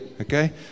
Okay